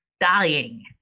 dying